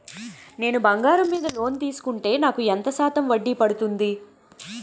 నేను బంగారం మీద లోన్ తీసుకుంటే నాకు ఎంత శాతం వడ్డీ పడుతుంది?